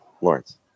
Lawrence